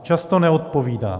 Často neodpovídá.